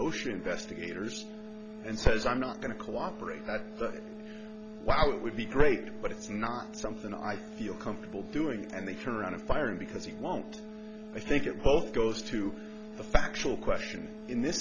ocean investigators and says i'm not going to cooperate wow it would be great but it's not something i feel comfortable doing and they turn around and fire him because he won't i think it both goes to the factual question in this